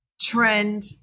trend